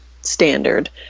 standard